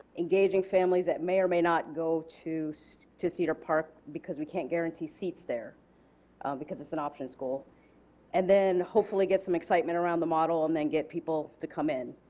engaging families that may or may not go to so to cedar park because we can't guarantee seats there because it is an option school and then hopefully get some excitement around the model and then get people to come in.